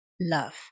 love